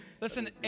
listen